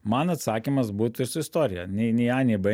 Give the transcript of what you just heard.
mano atsakymas būtų ir su istorija nei nei a nei b